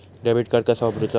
Debit card कसा वापरुचा?